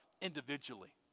individually